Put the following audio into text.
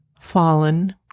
fallen